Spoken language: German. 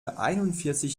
einundvierzig